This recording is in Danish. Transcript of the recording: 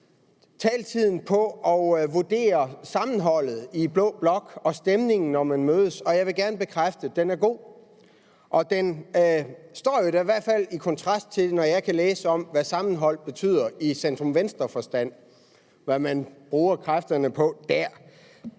taletiden på at vurdere sammenholdet i blå blok og stemningen, når man mødes. Og jeg vil gerne bekræfte, at den er god, og i hvert fald står den jo i kontrast til, hvad jeg kan læse mig til sammenhold betyder i en centrum-venstre-forstand, og hvad man bruger kræfterne på der.